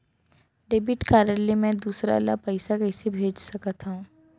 Debit card ले मैं दूसर ला पइसा कइसे भेज सकत हओं?